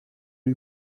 lui